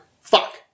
Fuck